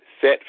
set